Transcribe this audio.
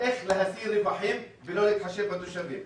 איך להשיא רווחים ולא להתחשב בתושבים.